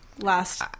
last